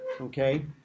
okay